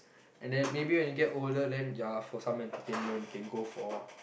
and then maybe when you get older then you are for some entertainment can go for